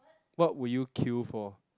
what would you queue for